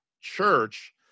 church